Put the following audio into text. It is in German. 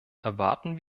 erwarten